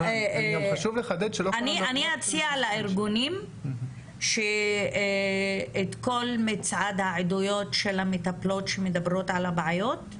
אני אציע לארגונים שאת כל מצעד העדויות של המטפלות שמדברות על הבעיות,